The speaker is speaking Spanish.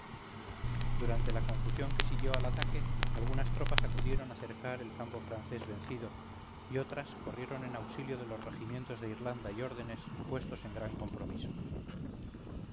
durante la confusión que siguió al ataque algunas tropas acudieron a cercar el campo francés vencido y otras corrieron en auxilio de los regimientos de irlanda y órdenes puestos en gran compromiso